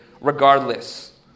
regardless